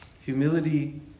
Humility